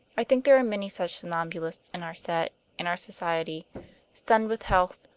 i think there are many such somnambulists in our set and our society stunned with health,